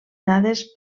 dades